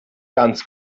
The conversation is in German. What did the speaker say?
ganz